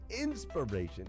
inspiration